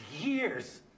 years